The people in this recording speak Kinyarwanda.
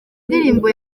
ndirimbo